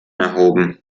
erhoben